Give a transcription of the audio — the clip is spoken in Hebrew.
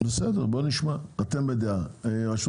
רשות